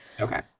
Okay